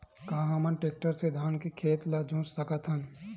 का हमन टेक्टर से धान के खेत ल जोत सकथन?